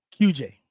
QJ